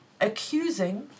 accusing